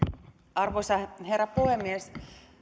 arvoisa herra puhemies